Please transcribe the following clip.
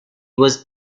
was